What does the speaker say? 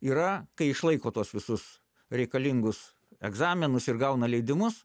yra kai išlaiko tuos visus reikalingus egzaminus ir gauna leidimus